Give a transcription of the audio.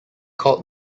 called